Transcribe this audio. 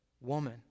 Woman